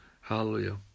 Hallelujah